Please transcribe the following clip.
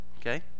Okay